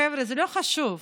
חבר'ה, זה לא חשוב.